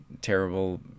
terrible